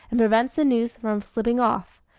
and prevents the noose from slipping off.